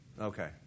Okay